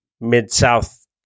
Mid-South